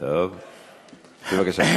בבקשה.